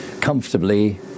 comfortably